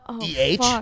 E-H